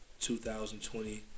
2020